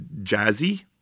jazzy